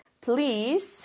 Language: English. please